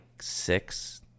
six